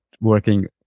working